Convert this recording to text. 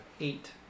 eight